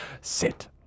Sit